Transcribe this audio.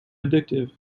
addictive